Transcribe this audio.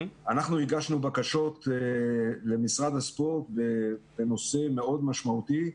אנחנו הגשנו בקשות למשרד הספורט בנושא מאוד משמעותי.